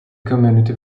community